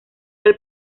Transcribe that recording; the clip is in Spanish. del